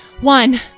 One